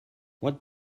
what